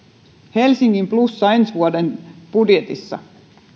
helsingin plussa ensi vuoden budjetissa